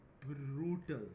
brutal